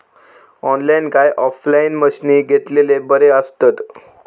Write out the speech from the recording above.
Online काय offline मशीनी घेतलेले बरे आसतात?